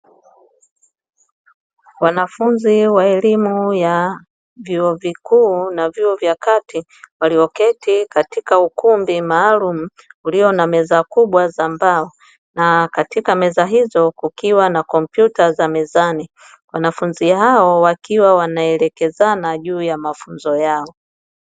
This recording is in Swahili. Wanafunzi wa elimu ya vyuo vikuu na vyuo vya kati, walioketi katika ukumbi maalumu, ulio na meza kubwa za mbao, na katika meza hizo, kukiwa na kompyuta za mezani. Wanafunzi hao, wakiwa wanaelekeza juu ya mafunzo yao.